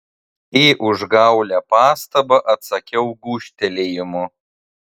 į užgaulią pastabą atsakiau gūžtelėjimu